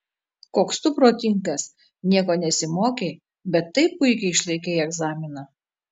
koks tu protingas nieko nesimokei bet taip puikiai išlaikei egzaminą